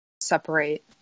separate